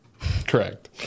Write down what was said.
Correct